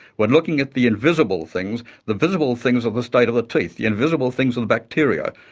we are looking at the invisible things. the visible things are the state of the teeth, the invisible things are the bacteria.